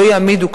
לא יעמידו,